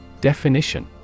Definition